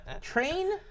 Train